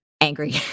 angry